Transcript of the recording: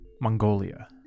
Mongolia